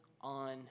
on